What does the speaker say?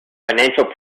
financial